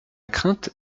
crainte